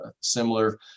similar